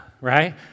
right